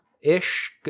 ish